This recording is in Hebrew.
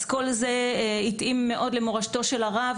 אז כל זה התאים מאוד למורשתו של הרב,